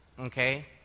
okay